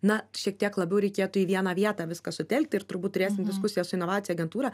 na šiek tiek labiau reikėtų į vieną vietą viską sutelkti ir turbūt turėsim diskusiją su inovacijų agentūrą